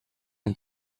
and